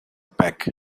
back